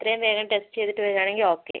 എത്രയും വേഗം ടെസ്റ്റ് ചെയ്തിട്ട് വരുവാണെങ്കിൽ ഓക്കേ